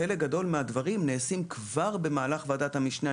אבל חלק גדול מהדברים נעשים כבר במהלך ועדת המשנה.